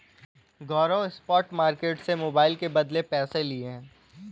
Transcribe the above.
गौरव spot market से mobile के बदले पैसे लिए हैं